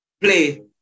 Play